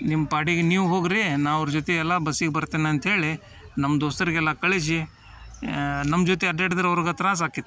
ನಿಮ್ಮ ಪಾಡಿಗೆ ನೀವು ಹೋಗಿರಿ ನಾ ಅವ್ರ ಜೊತೆಗೆಲ್ಲ ಬಸ್ಸಿಗೆ ಬರ್ತೀನಿ ಅಂತ ಹೇಳಿ ನಮ್ಮ ದೋಸ್ತರಿಗೆಲ್ಲ ಕಳಿಸಿ ನಮ್ಮ ಜೊತೆ ಅಡ್ಯಾಡಿದ್ರೆ ಅವ್ರ್ಗೇ ತ್ರಾಸು ಆಕಿತ್ತು